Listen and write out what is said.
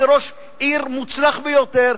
כראש עיר מוצלח ביותר,